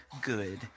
good